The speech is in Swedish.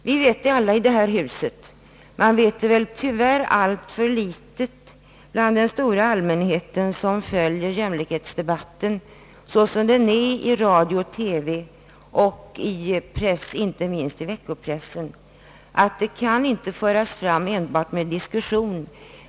Vi vet alla i detta hus — men den stora allmänheten som följer jämlikhetsdebatten såsom den förs i radio och TV och inte minst i veckopressen vet det tyvärr alltför litet — att den frågan inte kan föras fram enbart genom diskussion.